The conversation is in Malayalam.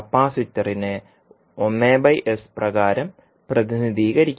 കപ്പാസിറ്ററിനെ 1s പ്രകാരം പ്രതിനിധീകരിക്കും